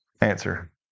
Answer